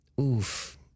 Oof